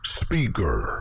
speaker